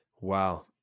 Wow